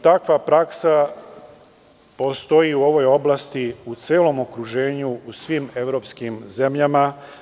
Takva praksa postoji u ovoj oblasti u celom okruženju, u svim evropskim zemljama.